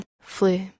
flu